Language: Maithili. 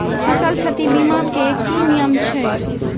फसल क्षति बीमा केँ की नियम छै?